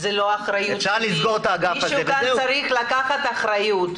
מישהו צריך לשפות אותם.